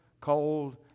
cold